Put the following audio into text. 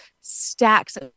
stacks